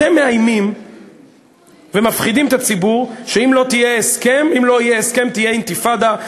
אתם מאיימים ומפחידים את הציבור שאם לא יהיה הסכם תהיה אינתיפאדה,